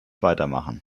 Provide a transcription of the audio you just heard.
weitermachen